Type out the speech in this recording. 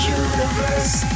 universe